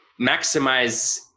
maximize